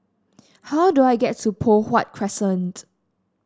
how do I get to Poh Huat Crescent